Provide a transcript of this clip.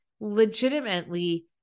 legitimately